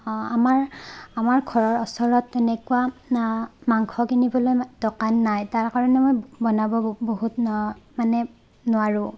আমাৰ আমাৰ ঘৰৰ ওচৰত তেনেকুৱা মাংস কিনিবলৈ দোকান নাই তাৰ কাৰণে মই বনাব বহুত মানে নোৱাৰোঁ